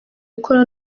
gukora